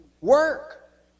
work